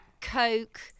coke